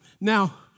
Now